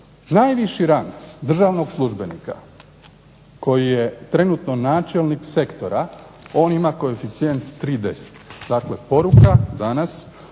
Najviši rang državnog službenika koji je trenutno načelnik sektora on ima koeficijent 3,10. Dakle, poruka danas